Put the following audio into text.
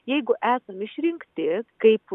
jeigu esam išrinkti kaip